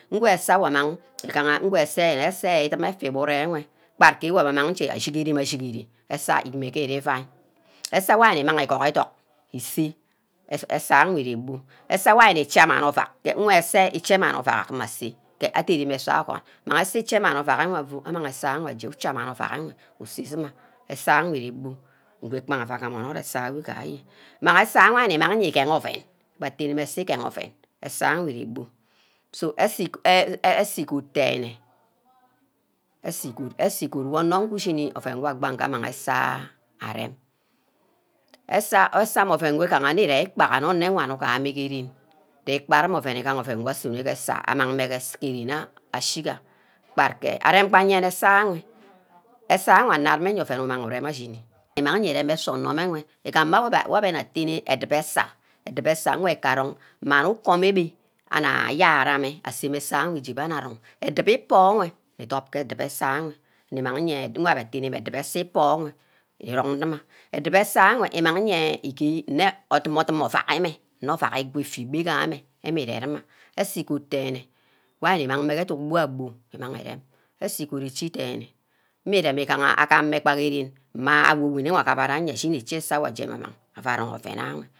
Ngwe-sa-owor amang igaha ngwe sa-ya-sah idim efa iburu ewe kpak ke imaje ayigiree agigree eseh imeh ge ire ivai, eseh wor nimang igoho ethok ise eseh enwe ire-gbu eseh wor ni cha mani ovack nwe che ise mani ovack agima aseh aderni-meh ga ogon mang ge iche mani ovack aseh wor ucha manni ovack enwe isuzuma, aseh ewnwe ire gbu, igi kpagam avage mon ure sai, mimeh sia mi gema oven abe ateneme see gaha oven eseh wor ere gbu so asi goat denn asi god asi god mmeh onor uwu shini oven wor gbaa aseh areme, esek mmeh oven wor ire ikpaha nne onowana igaha mmeh gee ren dekpaga oven mme oven ari sunor gee ren amang mme gee gbad gee arem gba ayene eseh enwe, enseh wad mmeh obven wumang mme ushini inang nna erem aseh onormeh enwe igam wor abbe nna attene adubor eseh edubor eseh wor mmeh ka ron mma ukom wi bin ana ayara mmeh asemeh eseha ijubor nna arong edubor ikpoi nwe idop ke edubor eseh enwe nnimang mme enh abbe atenimeh edubor iseh ikpoi enwe enng dimma, Edubor eseh wor imang ye igear nne odumor-odumor ovack enwe nne ovack igwa-fibor igahammeh ami reguma Eseh igod denne wor ari nni mang mmeh ke eduna bu-abu imang irem., eseh igod ichi denne imi-reme agam mme gba gear ren mma awu wu re agamara njee ashin ichi su ajene ema mang ua rong ovun enwe